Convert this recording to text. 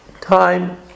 time